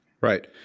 right